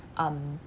um